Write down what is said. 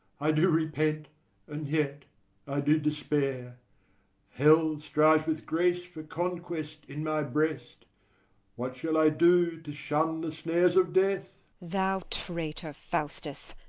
i do repent and yet i do despair hell strives with grace for conquest in my breast what shall i do to shun the snares of death thou traitor, faustus,